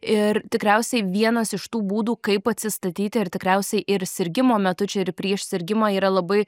ir tikriausiai vienas iš tų būdų kaip atsistatyti ir tikriausiai ir sirgimo metu čia ir prieš sirgimą yra labai